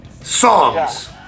Songs